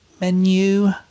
menu